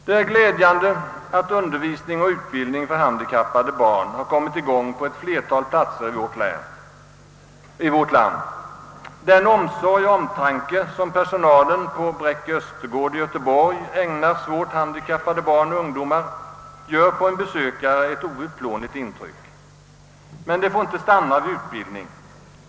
Det är glädjande att undervisning och utbildning för handikappade barn har kommit i gång på ett flertal platser i vårt land. Den omsorg och omtanke som personalen på Bräcke Östergård i Göteborg ägnar svårt handikappade barn och ungdomar gör på en besökare ett outplånligt intryck. Men det får inte stanna vid utbildning.